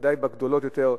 בוודאי בגדולות יותר,